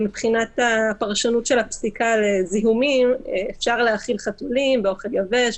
מבחינת הפרשנות של הפסיקה לזיהומים אפשר להאכיל חתולים באוכל יבש,